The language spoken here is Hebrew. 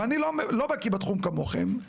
ואני לא בקיא בתחום כמוכם.